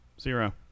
Zero